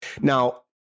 Now